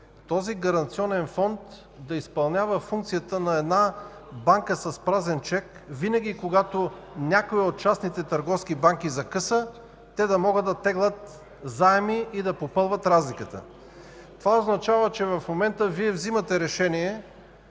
този Гаранционен фонд да изпълнява функцията на една банка с празен чек. И винаги, когато някоя от частните търговски банки закъса, да могат да теглят заеми и да попълват разликата. Това означава, че в момента Вие взимате решение,